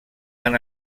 han